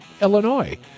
Illinois